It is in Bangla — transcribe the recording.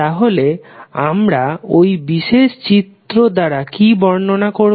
তাহলে আমরা ওই বিশেষ চিহ্ন দ্বারা কি বর্ণনা করবো